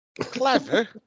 Clever